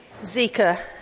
Zika